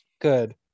Good